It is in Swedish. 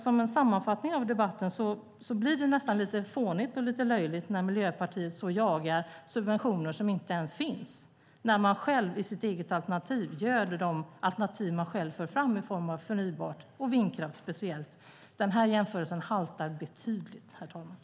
Som en sammanfattning av debatten blir det nästan lite fånigt och löjligt när Miljöpartiet jagar subventioner som inte ens finns när man i sitt eget alternativ göder de alternativ man själv för fram i form av förnybart och då speciellt vindkraft. Den jämförelsen haltar betydligt, fru talman.